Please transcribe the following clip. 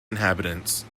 inhabitants